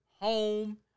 home